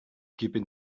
keeping